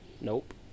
Nope